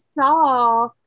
saw